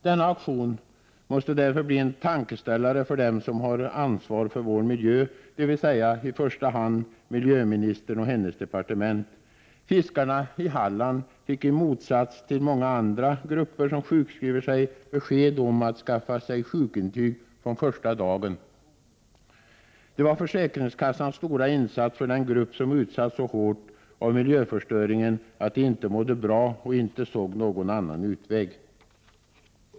Deras aktion måste därför bli en tankeställare för dem som har ansvar för vår miljö, dvs. i första hand miljöministern och hennes departement. Fiskarna i Halland fick i motsats till många andra grupper som sjukskrivit sig besked om att skaffa sig sjukintyg från första dagen. Det var försäkringskassans stora insats för den grupp som utsatts så hårt av miljöförstöringen att man inte mådde bra och inte såg någon annan utväg.